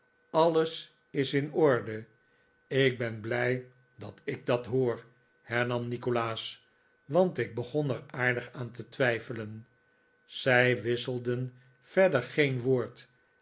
alles is in orde ik ben blij dat ik dat hoor hernam nikolaas want ik begon er aardig aan te twijfelen zij wisselden verder geen woord